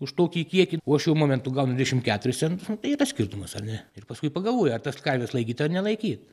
už tokį kiekį o aš šiuo momentu gaunu dvidešim keturis centus nu tai skirtumas ar ne ir paskui pagalvoja ar tas karves laikyt ar nelaikyt